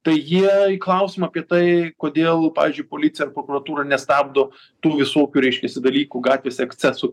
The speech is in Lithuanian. tai jie į klausimą apie tai kodėl pavyzdžiui policija ar prokuratūra nestabdo tų visokių reiškiasi dalykų gatvės ekscesų